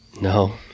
No